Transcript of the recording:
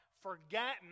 forgotten